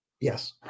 Yes